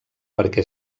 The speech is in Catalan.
perquè